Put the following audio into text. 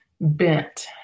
bent